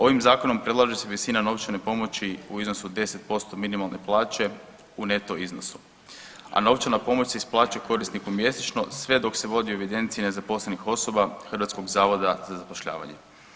Ovim zakonom predlaže se visina novčane pomoći u iznosu od 10% minimalne plaće u neto iznosu, a novčana pomoć se isplaćuje korisniku mjesečno sve dok se vodi u evidenciji nezaposlenih osoba Hrvatskog zavoda za zapošljavanje.